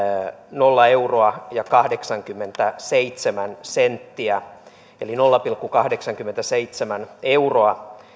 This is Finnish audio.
nolla euroa ja kahdeksankymmentäseitsemän senttiä eli nolla pilkku kahdeksankymmentäseitsemän euroa